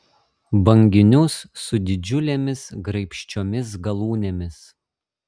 banginius su didžiulėmis graibščiomis galūnėmis